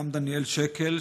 גם דניאל שקל,